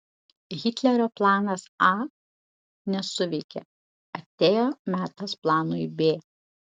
hitlerio planas a nesuveikė atėjo metas planui b